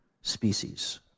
species